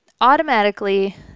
automatically